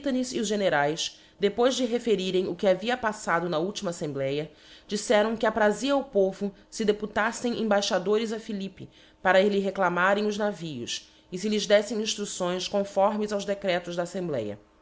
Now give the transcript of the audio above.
o generaes depois de referirem o que havia paítado na xaltima aflembléa diíteram que aprazia ao povo fe deputaffem embaixadores a philippe para lhe reclamarem os navios e fe lhes deltem inftruccões conformes aos decretos da aflembléa